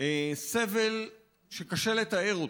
סבל שקשה לתאר אותו,